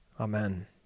Amen